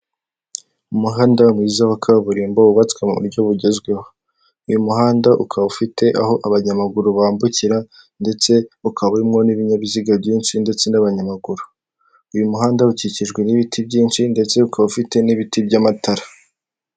Umuhanda mwiza wa kaburimbo wubatswe mu buryo bugezweho, uyu muhanda ukaba ufite aho abanyamaguru bambukira ndetse ukaba urimo n'ibinyabiziga byinshi ndetse n'abanyamaguru, uyu muhanda ukikijwe n'ibiti byinshi ndetse ukaba ufite n'ibiti by'amatara.